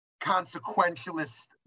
consequentialist